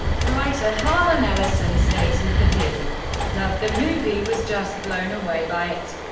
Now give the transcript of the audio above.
writer harlan ellison stated that he loved the movie, was just blown away by it,